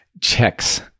checks